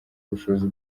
ubushobozi